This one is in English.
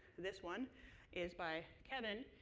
this one is by kevin.